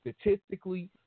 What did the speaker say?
statistically